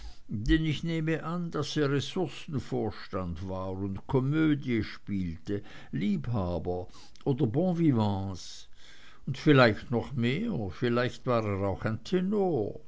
denn ich nehme an daß er ressourcenvorstand war und komödie spielte liebhaber oder bonvivants und vielleicht noch mehr vielleicht war er auch ein